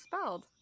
spelled